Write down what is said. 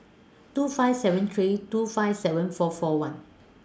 two five seven three two five seven four four one